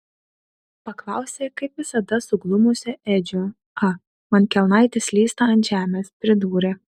paklausė kaip visada suglumusio edžio a man kelnaitės slysta ant žemės pridūrė